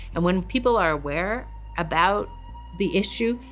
and when people are aware about the issue,